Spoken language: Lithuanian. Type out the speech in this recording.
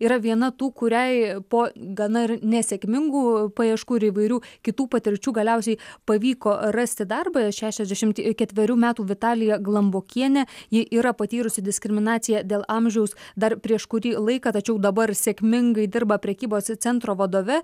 yra viena tų kuriai po gana nesėkmingų paieškų ir įvairių kitų patirčių galiausiai pavyko rasti darbą šešiasdešimt ketverių metų vitalija glumbokienė ji yra patyrusi diskriminaciją dėl amžiaus dar prieš kurį laiką tačiau dabar sėkmingai dirba prekybos centro vadove